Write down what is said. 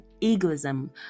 egoism